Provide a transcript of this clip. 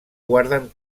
guarden